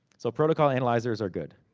so protocol analyzers are good.